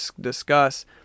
discuss